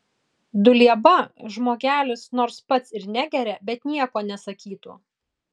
dulieba žmogelis nors pats ir negeria bet nieko nesakytų